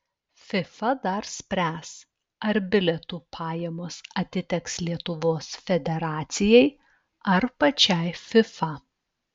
fifa dar spręs ar bilietų pajamos atiteks lietuvos federacijai ar pačiai fifa